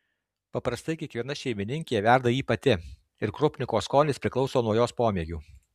paprastai kiekviena šeimininkė verda jį pati ir krupniko skonis priklauso nuo jos pomėgių